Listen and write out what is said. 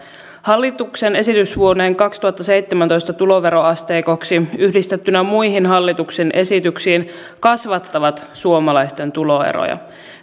hallituksen esitys vuoden kaksituhattaseitsemäntoista tuloveroasteikoksi yhdistettynä muihin hallituksen esityksiin kasvattaa suomalaisten tuloeroja